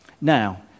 Now